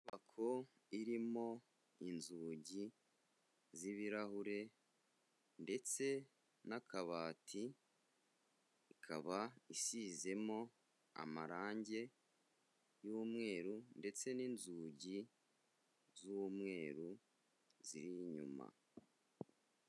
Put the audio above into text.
Inyubako irimo inzugi z'ibirahure ndetse n'akabati, ikaba isizemo amarangi y'umweru ndetse n'inzugi z'umweru ziri inyuma.